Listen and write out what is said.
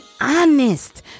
honest